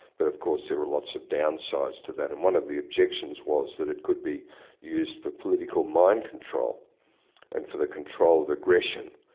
but of course there were lots of downsides to that. and one of the objections was that it could be used for political mind control and for the control of aggression,